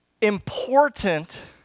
important